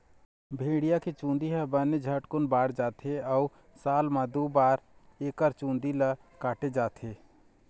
भेड़िया के चूंदी ह बने झटकुन बाढ़त जाथे अउ साल म दू बार एकर चूंदी ल काटे जाथे